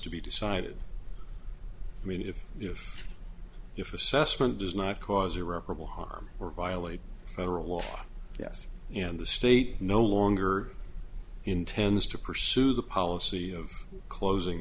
to be decided i mean if you if assessment does not cause irreparable harm or violate federal law yes you know the state no longer intends to pursue the policy of closing